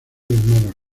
menos